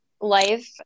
life